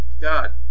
God